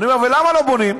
אני אומר: ולמה לא בונים?